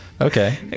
Okay